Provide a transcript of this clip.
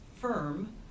firm